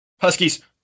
Huskies